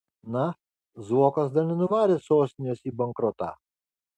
na zuokas dar nenuvarė sostinės į bankrotą